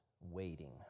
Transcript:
waiting